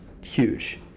huge